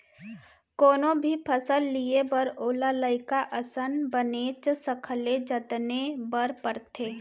कोनो भी फसल लिये बर ओला लइका असन बनेच सखले जतने बर परथे